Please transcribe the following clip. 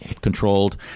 controlled